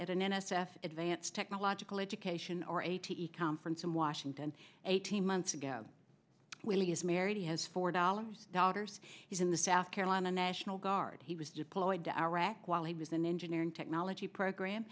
at an n s f advanced technological education or a t v conference in washington eighteen months ago when he is married he has four dollars daughters he's in the south carolina national guard he was deployed to iraq while he was in engineering technology program